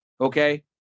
okay